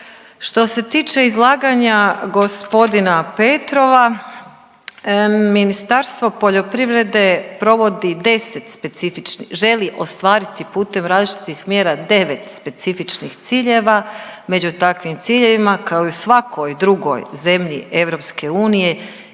Što se tiče izlaganja g. Petrova, Ministarstvo poljoprivrede provodi 10 specifičnih, želi ostvariti putem različitih mjera 9 specifičnih ciljeva. Među takvim ciljevima, kao i u svakoj drugoj zemlji EU